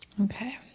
Okay